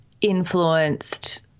influenced